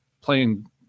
playing